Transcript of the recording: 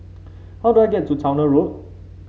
how do I get to Towner Road